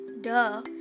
duh